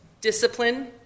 discipline